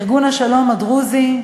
"ארגון השלום הדרוזי"